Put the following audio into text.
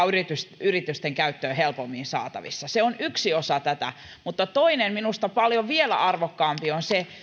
yritysten yritysten käyttöön helpommin saatavissa se on yksi osa tätä mutta toinen minusta paljon vielä arvokkaampi on se